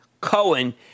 Cohen